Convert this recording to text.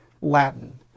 Latin